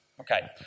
okay